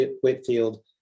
Whitfield